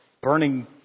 burning